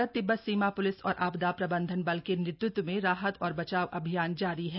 भारत तिब्बत सीमा पुलिस और आपदा प्रबंधन बल के नेतृत्व में राहत व बचाव अभियान जारी है